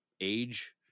age